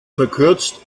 verkürzt